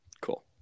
Cool